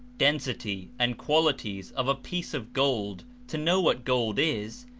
density and qualities of a piece of gold to know what gold is,